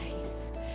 Christ